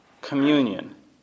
communion